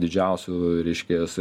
didžiausių reiškias